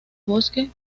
bosque